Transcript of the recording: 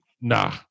nah